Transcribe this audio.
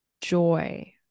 joy